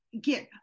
get